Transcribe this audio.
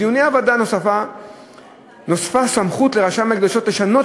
בדיוני הוועדה נוספה סמכות לרשם ההקדשות לשנות